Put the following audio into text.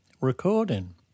recording